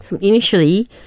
Initially